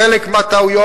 חלק מהטעויות,